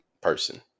person